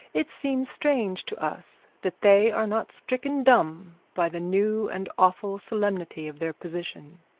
it seems strange to us that they are not stricken dumb by the new and awful solemnity of their position.